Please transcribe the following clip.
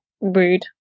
rude